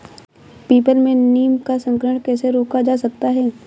People में नीम का संकरण कैसे रोका जा सकता है?